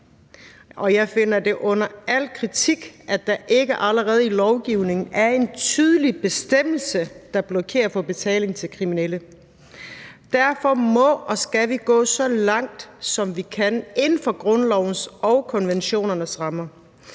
Og jeg finder det under al kritik, at der ikke allerede i lovgivningen er en tydelig bestemmelse, der blokerer for betaling til kriminelle. Derfor må og skal vi gå så langt, som vi kan, inden for grundlovens og konventionernes rammer.